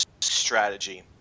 strategy